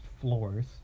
floors